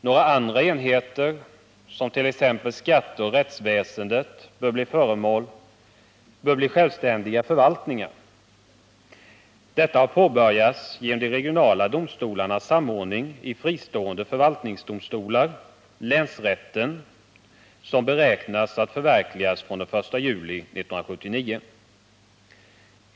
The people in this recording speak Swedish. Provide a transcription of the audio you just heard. Några andra enheter som t.ex. skatteoch rättsväsendet bör bli självständiga förvaltningar. Detta har påbörjats genom de regionala domstolarnas samordning i fristående förvaltningsdomstolar, länsrätterna, som beräknas komma att förverkligas från den 1 juli 1979.